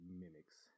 mimics